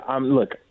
look